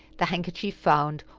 the handkerchief found,